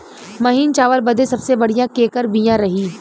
महीन चावल बदे सबसे बढ़िया केकर बिया रही?